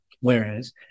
Whereas